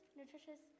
nutritious